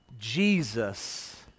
Jesus